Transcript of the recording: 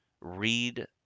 read